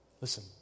Listen